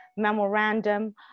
memorandum